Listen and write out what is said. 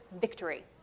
victory